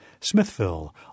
Smithville